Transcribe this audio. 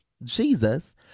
Jesus